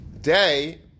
Day